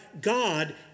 God